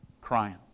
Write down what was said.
crying